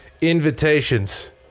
invitations